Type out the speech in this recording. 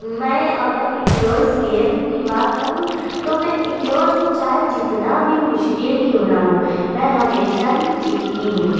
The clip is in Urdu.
میں اگر انڈورس گیم کی بات کروں تو میں انڈورس چاہے جتنا بھی مشکل کیوں نہ ہو میں ہمیشہ ہی جیتی ہوں